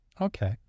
Okay